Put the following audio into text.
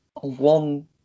One